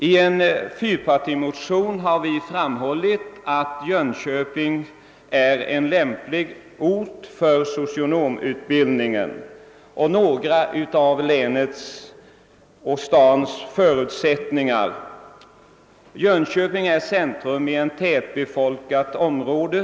I en fyrpartimotion har vi framhållit att Jönköping är en lämplig ort för socionomutbildningen, och vi har angivit några av länets och stadens förutsättningar. Jönköping är centrum i ett tättbebefolkat område.